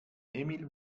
emil